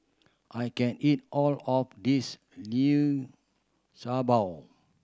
I can't eat all of this Liu Sha Bao